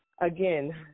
again